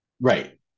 right